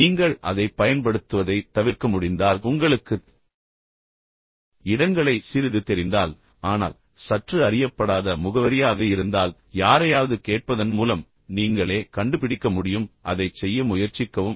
ஆனால் நீங்கள் அதைப் பயன்படுத்துவதைத் தவிர்க்க முடிந்தால் பின்னர் உங்களுக்குத் இடங்களை சிறிது தெரிந்தால் ஆனால் சற்று அறியப்படாத முகவரியாக இருந்தால் யாரையாவது கேட்பதன் மூலம் நீங்களே கண்டுபிடிக்க முடியும் அதைச் செய்ய முயற்சிக்கவும்